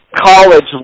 college